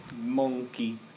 Monkey